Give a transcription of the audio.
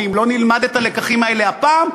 כי אם לא נלמד את הלקחים האלה הפעם,